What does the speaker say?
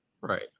right